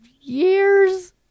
years